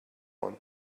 one